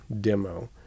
demo